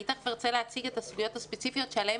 אני ארצה להציג את הסוגיות הספציפיות שעליהן